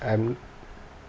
um